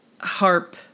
harp